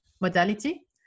modality